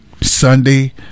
Sunday